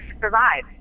survive